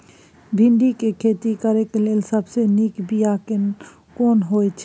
भिंडी के खेती करेक लैल सबसे नीक बिया केना होय छै?